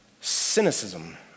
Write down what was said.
cynicism